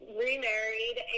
remarried